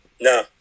No